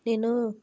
నేను